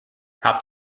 hab